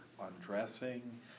undressing